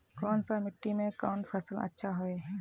कोन सा मिट्टी में कोन फसल अच्छा होय है?